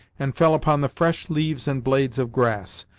and fell upon the fresh leaves and blades of grass.